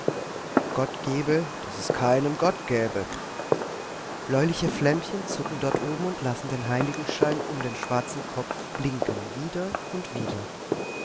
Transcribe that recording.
gott gebe daß es keinen gott gäbe bläuliche flämmchen zucken dort oben und lassen den heiligenschein um den schwarzen kopf blinken wieder und wieder